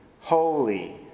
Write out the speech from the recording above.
holy